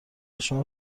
شما